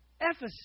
Ephesus